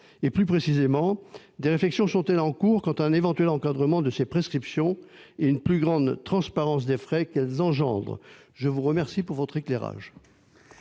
? Plus précisément, des réflexions sont-elles en cours sur un éventuel encadrement de ces prescriptions et sur une plus grande transparence des frais qu'elles engendrent ? Je vous remercie de votre éclairage.